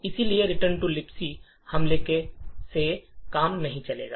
इसलिए return to लिबक हमले से काम नहीं चलेगा